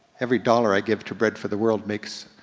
every dollar i give to bread for the world makes,